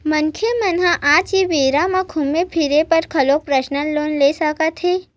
मनखे मन ह आज के बेरा म घूमे फिरे बर घलो परसनल लोन ले सकत हे